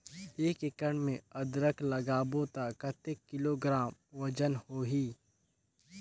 एक एकड़ मे अदरक लगाबो त कतेक किलोग्राम वजन होही?